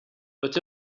but